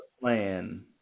plan